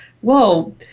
whoa